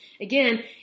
again